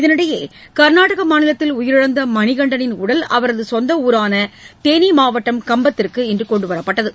இதனிடையே கர்நாடக மாநிலத்தில் உயிரிழந்த மணிகண்டனின் உடல் அவரது சொந்த ஊரான தேனி மாவட்டம் கம்பத்திற்கு இன்று கொண்டு வரப்பட்டது